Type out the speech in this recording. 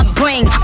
bring